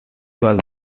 was